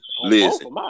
listen